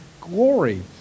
glory